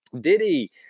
Diddy